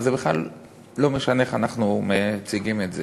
וזה בכלל לא משנה איך אנחנו מציגים את זה,